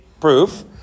proof